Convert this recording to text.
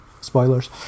Spoilers